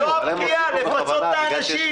זאת הפנייה לפצות את האנשים.